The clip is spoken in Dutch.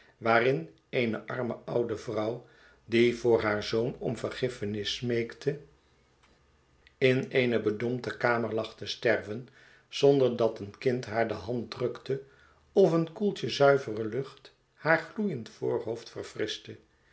waarin eene arme oude vrouw die voor haar zoon om vergiffenis smeekte in eene bedompte kamer lag te sterven zonder dat een kind haar de hand drukte of eenkoeltje zuivere lucht haar gloeiend voorhoofd